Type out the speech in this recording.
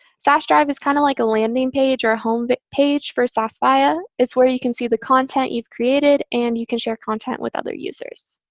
sas drive is kind of like a landing page or a home but page for sas viya. it's where you can see the content you've created and you can share content with other users.